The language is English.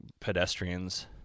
Pedestrians